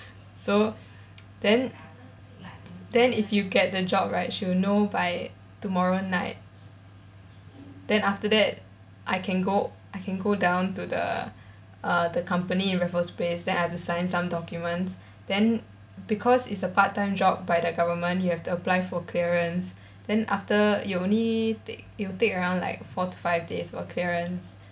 so then then if you get the job right she will know by tomorrow night then after that I can go I can go down to the uh the company in raffles place then I have to sign some documents then because it's a part-time job by the government you have to apply for clearance then after you only take you take around like four to five days for clearance